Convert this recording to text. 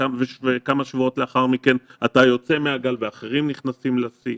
וכמה שבועות לאחר מכן אתה יוצא מהגל ואחרים נכנסים לשיא.